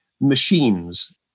machines